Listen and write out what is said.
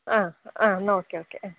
ആ ആ എന്നാൽ ഓക്കെ ഓക്കെ ആ